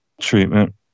treatment